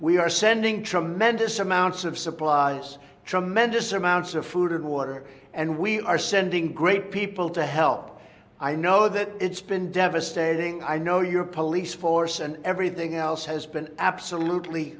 we are sending tremendous amounts of supplies tremendous amounts of food and water and we are sending great people to help i know that it's been devastating i know your police force and everything else has been absolutely